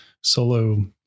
solo